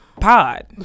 Pod